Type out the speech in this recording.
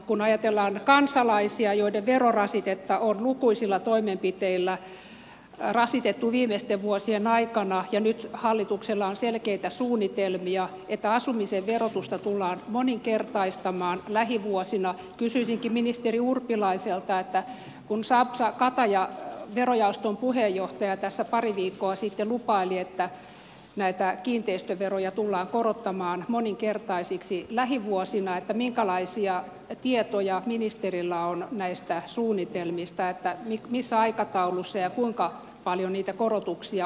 kun ajatellaan kansalaisia joiden verorasitetta on lukuisilla toimenpiteillä rasitettu viimeisten vuosien aikana ja nyt hallituksella on selkeitä suunnitelmia että asumisen verotusta tullaan moninkertaistamaan lähivuosina kysyisinkin ministeri urpilaiselta kun sampsa kataja verojaoston puheenjohtaja tässä pari viikkoa sitten lupaili että näitä kiinteistöveroja tullaan korottamaan moninkertaisiksi lähivuosina minkälaisia tietoja ministerillä on näistä suunnitelmista että missä aikataulussa ja kuinka paljon niitä korotuksia on tulossa